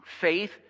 faith